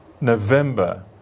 November